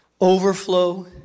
Overflow